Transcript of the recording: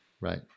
Right